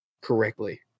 correctly